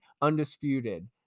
undisputed